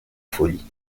folie